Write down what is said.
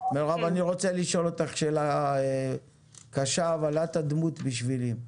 אני רוצה לשאול אותך שאלה קשה אבל את הדמות בשבילי.